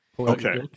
okay